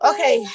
Okay